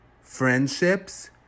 friendships